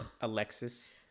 Alexis